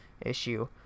issue